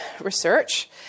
research